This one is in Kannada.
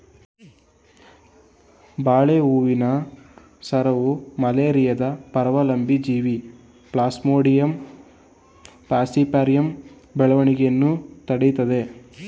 ಬಾಳೆ ಹೂವಿನ ಸಾರವು ಮಲೇರಿಯಾದ ಪರಾವಲಂಬಿ ಜೀವಿ ಪ್ಲಾಸ್ಮೋಡಿಯಂ ಫಾಲ್ಸಿಪಾರಮ್ ಬೆಳವಣಿಗೆಯನ್ನು ತಡಿತದೇ